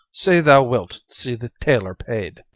say thou wilt see the tailor paid.